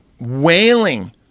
wailing